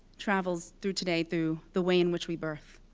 travels through today through the way in which we birth.